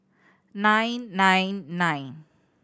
nine nine nine